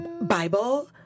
Bible